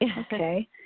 Okay